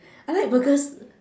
I like burgers